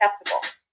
acceptable